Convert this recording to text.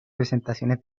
presentaciones